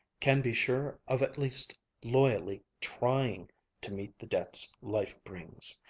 can be sure of at least loyally trying to meet the debts life brings.